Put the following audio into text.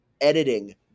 editing